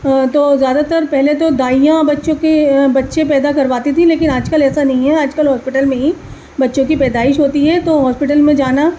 تو زیادہ تر پہلے تو دائیاں بچوں کے بچے پیدا کرواتی تھیں لیکن آج کل ایسا نہیں ہیں آج کل ہاسپٹل میں ہی بچوں کی پیدائش ہوتی ہیں تو ہاسپٹل میں جانا